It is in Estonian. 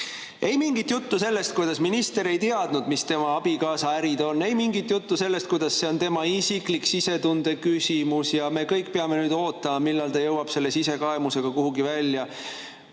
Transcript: Ei mingit juttu sellest, kuidas minister ei teadnud, mis tema abikaasa ärid on. Ei mingit juttu sellest, kuidas see on tema isiklik sisetunde küsimus ja me kõik peame nüüd ootama, millal ta jõuab selle sisekaemusega kuhugi välja.